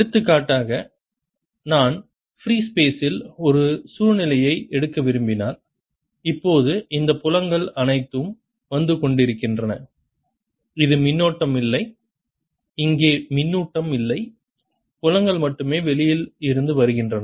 எடுத்துக்காட்டாக நான் ஃப்ரீ ஸ்பெசில் ஒரு சூழ்நிலையை எடுக்க விரும்பினால் இப்போது இந்த புலங்கள் அனைத்தும் வந்து கொண்டிருக்கின்றன இங்கு மின்னோட்டம் இல்லை இங்கே மின்னூட்டம் இல்லை புலங்கள் மட்டுமே வெளியில் இருந்து வருகின்றன